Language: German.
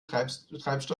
treibstoff